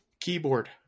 Keyboard